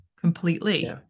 completely